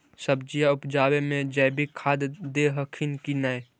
सब्जिया उपजाबे मे जैवीक खाद दे हखिन की नैय?